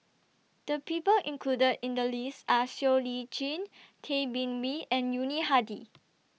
The People included in The list Are Siow Lee Chin Tay Bin Wee and Yuni Hadi